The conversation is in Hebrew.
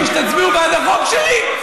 אם תבטיחו לי שתצביעו בעד החוק שלי,